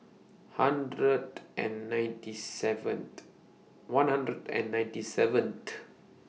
hundred and ninety seventh one hundred and ninety seventh